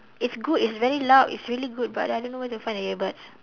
it's good it's very loud it's really good but I don't know where to find the earbuds